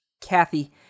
Kathy